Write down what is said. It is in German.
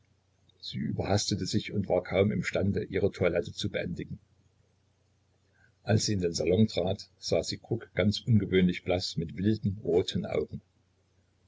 sie überhastete sich und war kaum im stande ihre toilette zu beendigen als sie in den salon trat sah sie kruk ganz ungewöhnlich blaß mit wilden roten augen